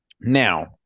Now